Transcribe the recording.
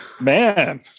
Man